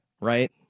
right